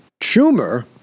Schumer